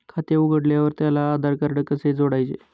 खाते उघडल्यावर त्याला आधारकार्ड कसे जोडायचे?